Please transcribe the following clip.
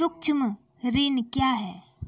सुक्ष्म ऋण क्या हैं?